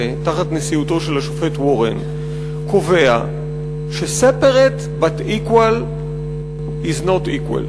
תחת נשיאותו של השופט וורן קובע ש-Separate but equal is not equal.